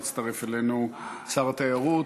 הצטרף אלינו שר התיירות,